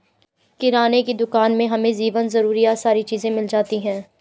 किराने की दुकान में हमें जीवन जरूरियात सारी चीज़े मिल जाती है